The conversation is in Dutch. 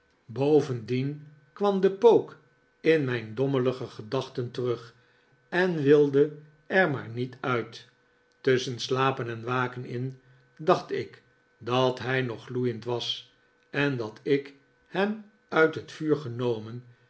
boyendien kwam de pook in mijn dommelige gedachten terug en wilde er maar niet uit tusschen slapen en waken in dacht ik dat hij nog gloeiend was en dat ik hem uit het vuur